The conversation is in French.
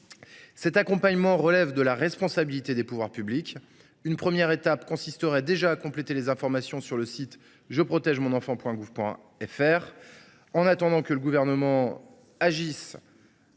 Cet accompagnement relève de la responsabilité des pouvoirs publics. Une première étape consisterait à compléter les informations disponibles sur le site jeprotegemonenfant.gouv.fr.